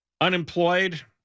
unemployed